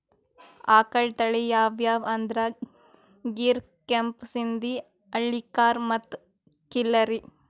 ಆಕಳ್ ತಳಿ ಯಾವ್ಯಾವ್ ಅಂದ್ರ ಗೀರ್, ಕೆಂಪ್ ಸಿಂಧಿ, ಹಳ್ಳಿಕಾರ್ ಮತ್ತ್ ಖಿಲ್ಲಾರಿ